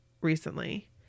recently